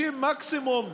60 מקסימום,